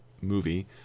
movie